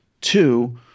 two